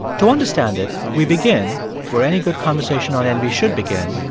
to understand it, we begin where any good conversation on envy should begin.